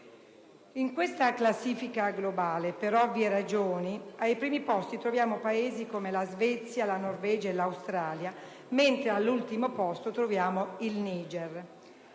In questa classifica globale, per ovvie ragioni, ai primi posti troviamo Paesi come la Svezia, la Norvegia e l'Australia, mentre all'ultimo posto troviamo il Niger.